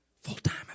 Full-time